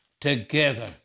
together